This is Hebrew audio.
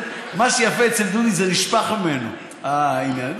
מה שיפה אצל דודי, זה נשפך ממנו, העניין.